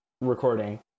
recording